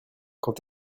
quand